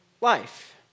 life